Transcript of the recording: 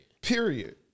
Period